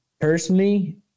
personally